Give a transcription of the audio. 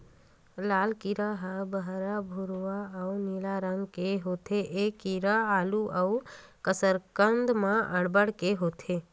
लाल कीरा ह बहरा भूरवा अउ नीला रंग के होथे ए कीरा आलू अउ कसरकंद म अब्बड़ के होथे